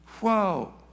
Whoa